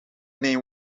name